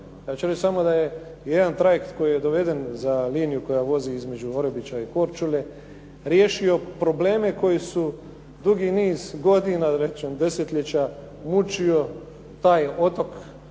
Ja ću reći samo da je jedan trajekt koji je doveden za liniju koja vozi između Orebića i Korčule riješio probleme koje su dugi niz godina, da rečen desetljeća mučio taj otok